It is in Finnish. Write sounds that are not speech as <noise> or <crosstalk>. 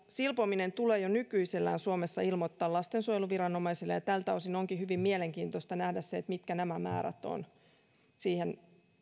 silpominen tulee jo nykyisellään suomessa ilmoittaa lastensuojeluviranomaisille ja tältä osin onkin hyvin mielenkiintoista nähdä se mitkä nämä määrät <unintelligible> ovat siihen